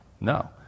no